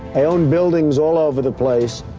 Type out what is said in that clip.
i own buildings all over the place,